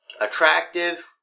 attractive